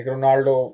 Ronaldo